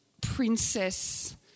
princess